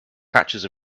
patches